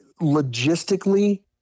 logistically